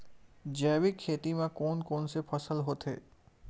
जैविक खेती म कोन कोन से फसल होथे?